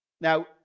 Now